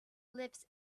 lives